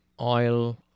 oil